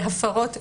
להפרות זניחות.